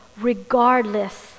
Regardless